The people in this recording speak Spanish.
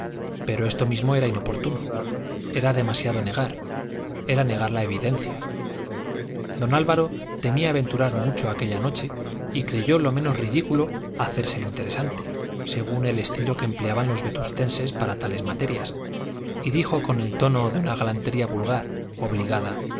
pero esto mismo era inoportuno era demasiado negar era negar la evidencia don álvaro temía aventurar mucho aquella noche y creyó lo menos ridículo hacerse el interesante según el estilo que empleaban los vetustenses para tales materias y dijo con el tono de una galantería vulgar obligada